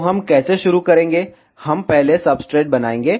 तो हम कैसे शुरू करेंगे हम पहले सब्सट्रेट बनाएंगे